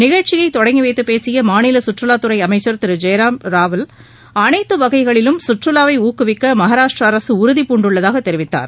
நிகழ்ச்சியை தொடங்கி வைத்து பேசிய மாநில சுற்றுலாத்துறை அமைச்சர் திரு ஜெயக்குமார் ராவல் அனைத்து வகைகளிலும் சுற்றுலாவை ஊக்குவிக்க மகாராஷ்டிர அரசு உறுதிபூண்டுள்ளதாக தெரிவித்தார்